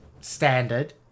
standard